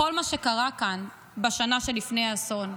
כל מה שקרה כאן בשנה שלפני האסון,